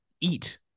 eat